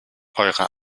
eure